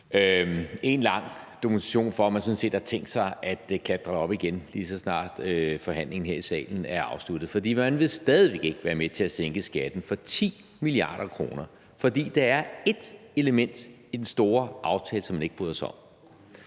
en lang dokumentation for, at man har tænkt sig at klatre op igen, lige så snart forhandlingen her i salen er afsluttet, for man vil stadig væk ikke være med til at sænke skatten for 10 mia. kr., fordi der er ét element i den store aftale, som man ikke bryder sig om.